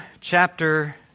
chapter